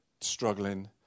struggling